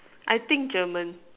I think German